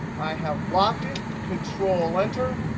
i have locked it, control-enter,